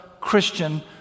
Christian